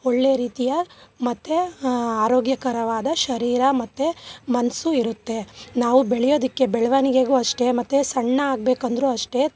ಒಳ್ಳೆ ರೀತಿಯ ಮತ್ತು ಆರೋಗ್ಯಕರವಾದ ಶರೀರ ಮತ್ತು ಮನಸ್ಸು ಇರುತ್ತೆ ನಾವು ಬೆಳೆಯೋದಕ್ಕೆ ಬೆಳವಣ್ಗೆಗೂ ಅಷ್ಟೇ ಮತ್ತು ಸಣ್ಣ ಆಗಬೇಕಂದ್ರು ಅಷ್ಟೇ